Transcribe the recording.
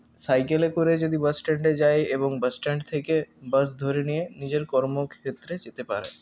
সাইকেলে করে যদি বাসস্ট্যান্ডে যায় এবং বাসস্ট্যান্ড থেকে বাস ধরে নিয়ে নিজের কর্মক্ষেত্রে যেতে পারে